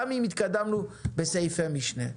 גם אם נתקדם בסעיפי המשנה.